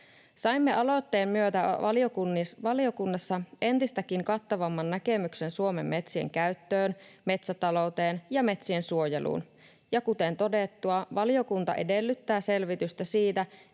Saimme aloitteen myötä valiokunnassa entistäkin kattavamman näkemyksen Suomen metsien käyttöön, metsätalouteen ja metsien suojeluun. Ja kuten todettua, valiokunta edellyttää selvitystä siitä,